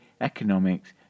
economics